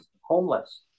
homeless